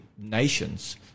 nations